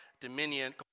dominion